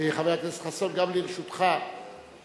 חבר הכנסת חסון, גם לרשותך עומדות,